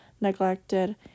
neglected